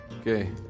Okay